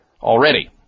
already